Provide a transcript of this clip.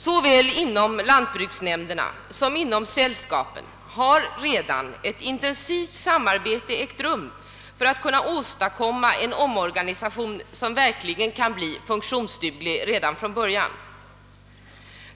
Såväl inom lantbruksnämnderna som inom sällskapen har redan ett intensivt samarbete ägt rum för att åstadkomma en omorganisation som verkligen kan bli funktionsduglig redan från början.